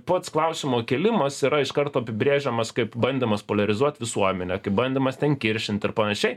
pats klausimo kėlimas yra iš karto apibrėžiamas kaip bandymas poliarizuot visuomenę kaip bandymas ten kiršint ir panašiai